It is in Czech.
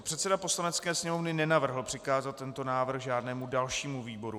Předseda Poslanecké sněmovny nenavrhl přikázat tento návrh žádnému dalšímu výboru.